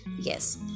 yes